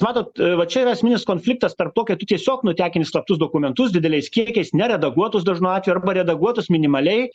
matot va čia yra esminis konfliktas tarp to kad tu tiesiog nutekinti slaptus dokumentus dideliais kiekiais neredaguotus dažnu atveju arba redaguotus minimaliai